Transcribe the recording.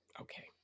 Okay